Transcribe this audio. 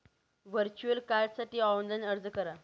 virtual कार्डसाठी online अर्ज करा